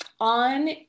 on